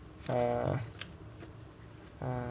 uh uh